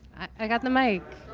i got the mic.